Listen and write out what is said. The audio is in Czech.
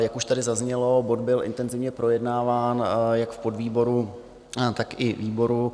Jak už tady zaznělo, bod byl intenzivně projednáván jak v podvýboru, tak i výboru.